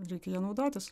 reikia ja naudotis